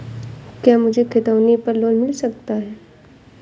क्या मुझे खतौनी पर लोन मिल सकता है?